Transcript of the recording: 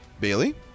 Bailey